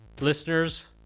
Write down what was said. listeners